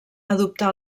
adoptà